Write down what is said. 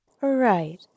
Right